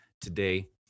today